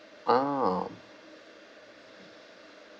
ah